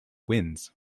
wins